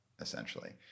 essentially